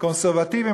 קונסרבטיבים,